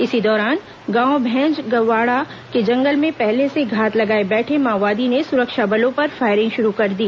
इसी दौरान गांव भैजंगवाड़ा के जंगल में पहले से घात लगाए बैठे माओवादियों ने सुरक्षा बलों पर फायरिंग शुरू कर दी